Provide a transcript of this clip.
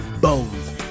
bones